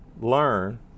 learn